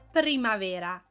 primavera